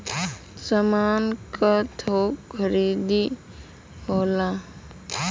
सामान क थोक खरीदी होला